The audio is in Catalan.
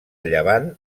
llevant